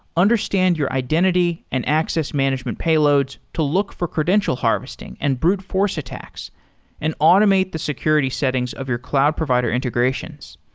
understand your identity and access management payloads to look for credential harvesting and brute force attacks and automate the security settings of your cloud provider integrations.